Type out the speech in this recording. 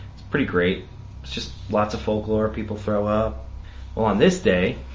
pretty great. it's just lots of folklore people throw up. well on this day,